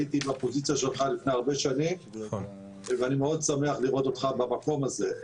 הייתי בפוזיציה שלך לפני הרבה שנים ואני מאוד שמח לראות אותך במקום הזה.